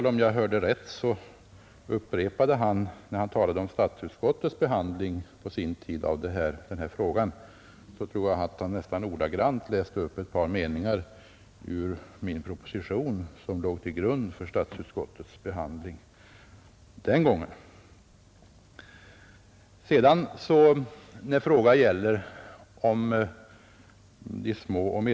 Om jag hörde rätt läste herr Öhvall, när han talade om statsutskottets behandling av frågan på sin tid, nästan ordagrant upp ett par meningar ur min proposition, som låg till grund för statsutskottets behandling den gången.